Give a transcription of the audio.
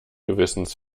gewissens